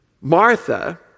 Martha